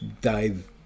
dive